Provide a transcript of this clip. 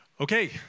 Okay